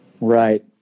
Right